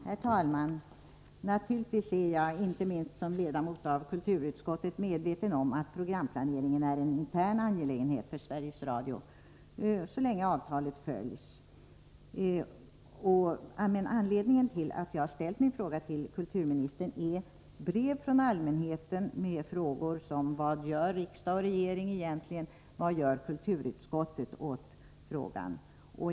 Herr talman! Naturligtvis är jag, inte minst som ledamot av kulturutskottet, medveten om att programplaneringen är en intern angelägenhet för Sveriges Radio så länge avtalet följs. Men anledningen till att jag ställt en fråga till kulturministern är att jag fått brev från allmänheten med frågor såsom: Vad gör egentligen riksdag och regering, och vad gör kulturutskottet åt frågan?